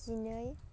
जिनै